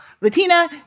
Latina